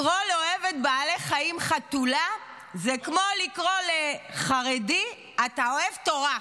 לקרוא לאוהבת בעלי חיים חתולה זה כמו לקרוא לחרדי: אתה אוהב תורה,